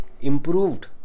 improved